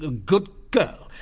ah good girl.